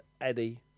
Eddie